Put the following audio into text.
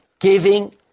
Giving